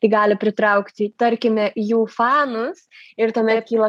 gali pritraukti tarkime jų fanus ir tuomet kyla